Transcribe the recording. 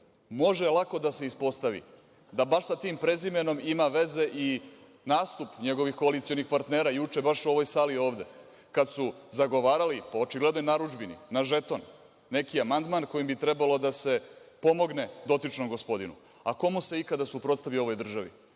može lako da se ispostavi da baš sa tim prezimenom ima veze i nastup njegovih koalicionih partnera juče, baš u ovoj sali ovde, kada su zagovarali, po očiglednoj narudžbini na žeton, neki amandman kojim bi trebalo da se pomogne dotičnom gospodinu. A ko mu se ikada suprostavio i